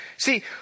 See